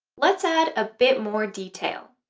let's add a bit more detail.